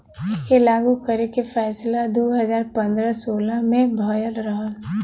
एके लागू करे के फैसला दू हज़ार पन्द्रह सोलह मे भयल रहल